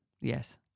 Yes